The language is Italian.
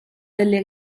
delle